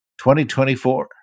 2024